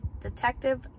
Detective